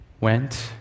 went